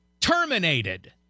terminated